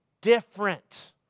different